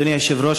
אדוני היושב-ראש,